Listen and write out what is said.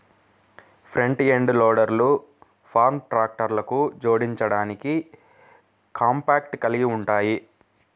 front end లోడర్లు farm ట్రాక్టర్లకు జోడించడానికి కాంపాక్ట్ కలిగి ఉంటాయి